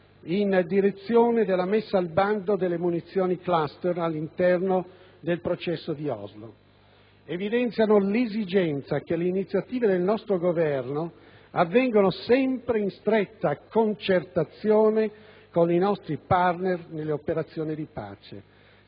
verso la messa al bando delle munizioni *cluster* all'interno del «Processo di Oslo», evidenziando l'esigenza che le iniziative del nostro Governo siano assunte sempre in stretta concertazione con i nostri *partner* nell'ambito delle operazioni di pace,